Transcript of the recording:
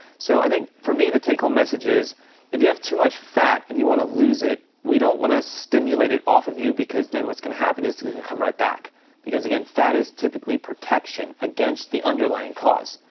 so i think for me the take home message is if you have too much fat and you wanna lose it, we don't wanna stimulate it off of you because then what's gonna happen is it's gonna come right back because again, fat is typically protection against the underlying cause.